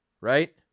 right